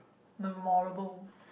memorable